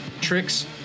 tricks